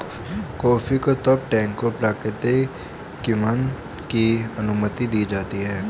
coffee को तब टैंकों प्राकृतिक किण्वन की अनुमति दी जाती है